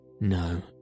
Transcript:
No